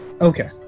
Okay